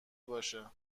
باشه